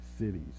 cities